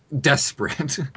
desperate